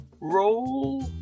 roll